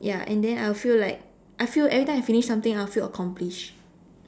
ya and then I will feel like I feel everything I finish something I will feel accomplished